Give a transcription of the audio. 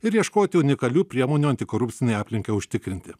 ir ieškoti unikalių priemonių antikorupcinei aplinkai užtikrinti